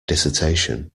dissertation